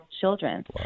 children